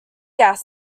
gas